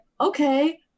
Okay